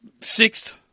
sixth